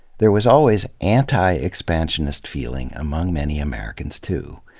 there was always anti-expansionist feeling among many americans, too.